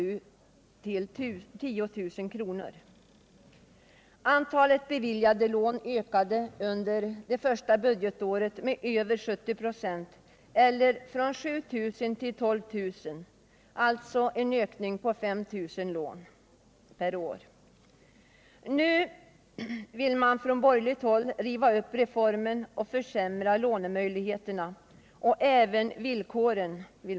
Nu vill man från borgerligt håll riva upp reformen och försämra både lånemöjligheterna och villkoren.